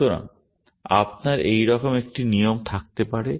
সুতরাং আপনার এইরকম একটি নিয়ম থাকতে পারে